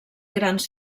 grans